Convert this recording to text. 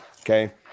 okay